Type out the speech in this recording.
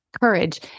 courage